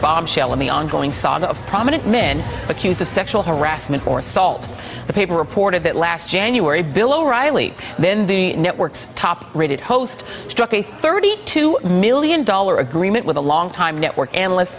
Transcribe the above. bombshell in the ongoing saga of prominent men accused of sexual harassment or assault the paper reported that last january bill o'reilly then the network's top rated host struck a thirty two million dollar agreement with a longtime network analyst